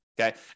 Okay